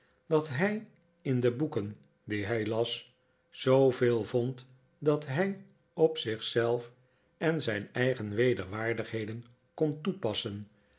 dat hij in de boeken die hij las zooveel vond dat hij op zich zelf en zijn eigen wederwaardigheden kon toepassen